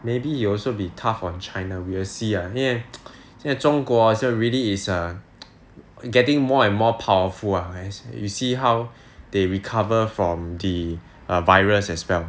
maybe he also be tough on china we will see ah 因为现在中国 ah really is getting more and more powerful ah as you see how they recover from the virus as well